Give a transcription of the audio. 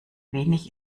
wenig